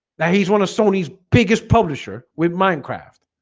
now, he's one of sony's biggest publisher with minecraft,